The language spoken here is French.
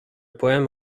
poème